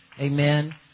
amen